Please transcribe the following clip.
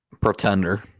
Pretender